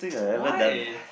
why